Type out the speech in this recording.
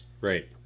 right